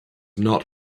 not